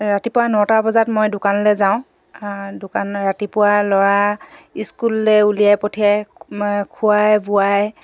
ৰাতিপুৱা নটা বজাত মই দোকানলে যাওঁ দোকান ৰাতিপুৱা ল'ৰা স্কুললে উলিয়াই পঠিয়াই খোৱাই বোৱাই